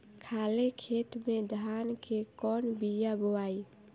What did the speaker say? खाले खेत में धान के कौन बीया बोआई?